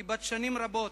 היא בת שנים רבות.